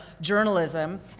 journalism